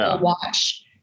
watch